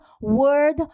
word